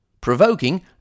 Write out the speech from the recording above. provoking